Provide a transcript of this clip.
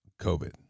COVID